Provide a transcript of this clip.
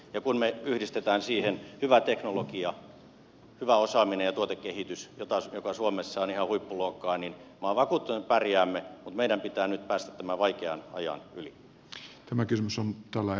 ja kun me yhdistämme siihen hyvän teknologian hyvän osaamisen ja tuotekehityksen jotka ovat suomessa ihan huippuluokkaa niin minä olen vakuuttunut että me pärjäämme mutta meidän pitää nyt päästä tämän vaikean ajan yli